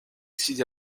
signe